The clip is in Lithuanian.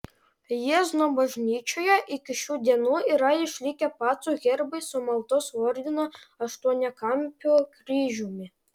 jiezno bažnyčioje iki šių dienų yra išlikę pacų herbai su maltos ordino aštuoniakampiu kryžiumi